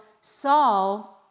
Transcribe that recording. Saul